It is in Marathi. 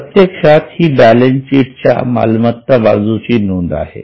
प्रत्यक्षात हि बॅलन्सशीटच्या मालमत्ता बाजूची नोंद आहे